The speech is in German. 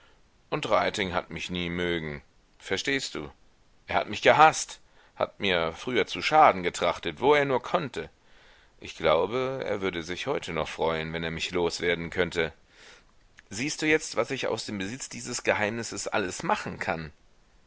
und reiting hat mich nie mögen verstehst du er hat mich gehaßt hat mir früher zu schaden getrachtet wo er nur konnte ich glaube er würde sich heute noch freuen wenn er mich los werden könnte siehst du jetzt was ich aus dem besitz dieses geheimnisses alles machen kann